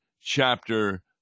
chapter